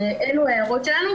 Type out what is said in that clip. אילו ההערות שלנו,